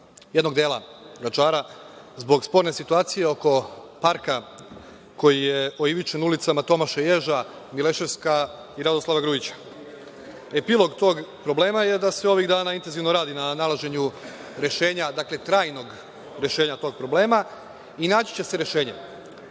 jednog dela Vračara, zbor sporne situacije oko parka koji je oivičen ulicama Tomaša Ježa, Mileševska i Radoslava Grujića. Epilog tog problema je da se ovih dana intenzivno radi na nalaženju rešenja, dakle trajnog rešenja, tog problema i naći će se rešenje.